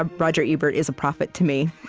ah roger ebert is a prophet, to me,